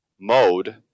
mode